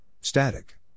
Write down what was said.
Static